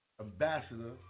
Ambassador